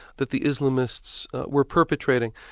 that the islamists were perpetrating.